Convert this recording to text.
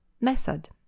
Method